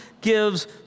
gives